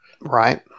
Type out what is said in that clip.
right